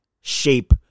shape